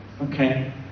Okay